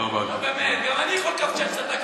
נו, באמת, גם אני יכול לקווצ'ץ' את התקנון.